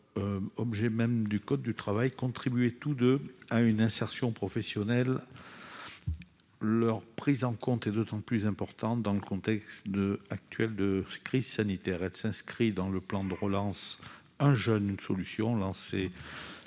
objet même dans le code du travail, contribuent tous deux à l'insertion professionnelle. Leur prise en compte est d'autant plus importante dans le contexte actuel de crise sanitaire. Elle s'inscrit dans le plan de relance « 1 jeune, 1 solution », lancé